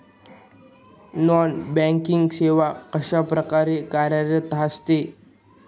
Non banking सेवा कशाप्रकारे कार्यरत असते?